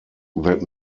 that